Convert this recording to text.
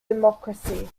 democracy